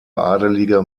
adelige